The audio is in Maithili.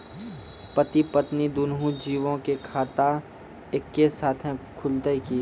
पति पत्नी दुनहु जीबो के खाता एक्के साथै खुलते की?